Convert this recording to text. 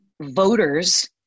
voters